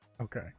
Okay